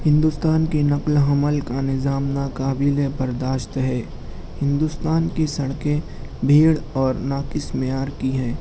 ہندوستان کی نقل حمل کا نظام ناقابل برداشت ہے ہندوستان کی سڑکیں بھیڑ اور ناقص معیار کی ہیں